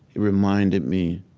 reminded me